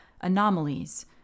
anomalies